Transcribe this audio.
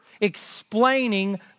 explaining